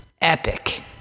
epic